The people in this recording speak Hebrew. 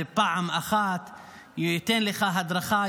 שפעם אחת הוא ייתן לך הדרכה,